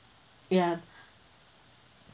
ya